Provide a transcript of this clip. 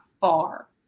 far